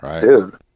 dude